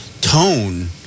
tone